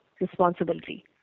responsibility